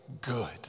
good